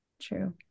True